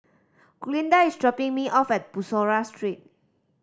Glinda is dropping me off at Bussorah Street